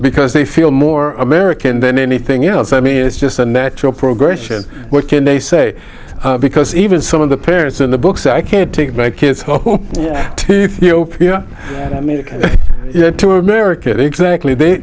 because they feel more american than anything else i mean it's just a natural progression what can they say because even some of the parents in the books i can't take my kids you know me to america exactly they